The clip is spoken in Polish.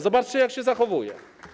Zobaczcie, jak się zachowuje.